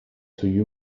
sugli